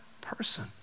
person